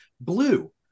blue